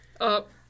up